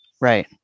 Right